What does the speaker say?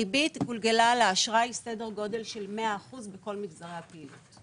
ריבית גולגלה לאשראי סדר גודל של 100% בכל מגזרי הפעילות.